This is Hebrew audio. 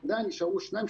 אז נשארו 2%,